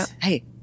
hey